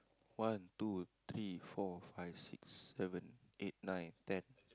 one two three four five six seven eight nine ten